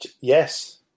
yes